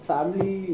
Family